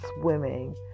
swimming